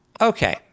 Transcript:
Okay